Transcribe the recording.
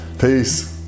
Peace